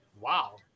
Wow